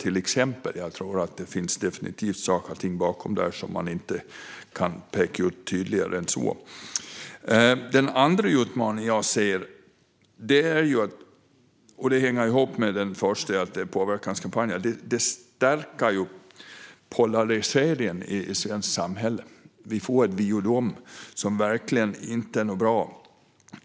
Jag tror att det definitivt finns saker och ting bakom där som man inte kan peka ut tydligare än så. Den andra utmaningen jag ser hänger ihop med den första med påverkanskampanjer. Det stärker polariseringen i svenskt samhälle. Vi får ett vi och de som verkligen inte är något bra.